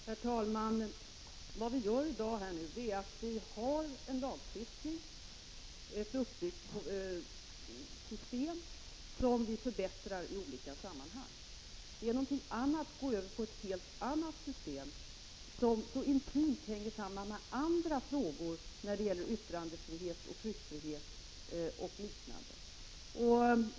Herr talman! Vi har i dag en lagstiftning och ett uppbyggt system som vi förbättrar i olika avseenden. Det är någonting annat att gå över till ett helt annat system, som så intimt hänger samman med andra frågor när det gäller yttrandefrihet, tryckfrihet och liknande.